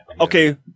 Okay